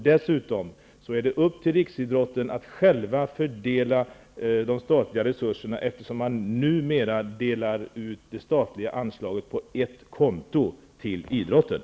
Dessutom är det upp till Riksidrottsförbundet att fördela de statliga resurserna, eftersom man numera delar ut det statliga anslaget till idrotten på ett konto.